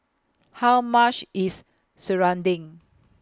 How much IS Serunding